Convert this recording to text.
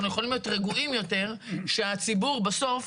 אנחנו יכולים להיות רגועים יותר שהציבור בסוף,